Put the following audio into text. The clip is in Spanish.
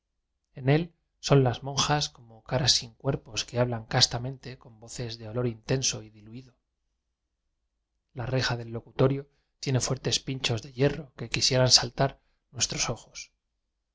en él son las monjas como caras sin cuerpos que hablan castamente con voces de olor intenso y d ilu id o la reja del locutorio tiene fuertes pinchos de hierro que quisieran saltar nuestros ojos